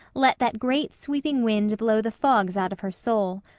let that great sweeping wind blow the fogs out of her soul.